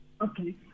Okay